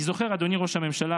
אני זוכר, אדוני ראש הממשלה,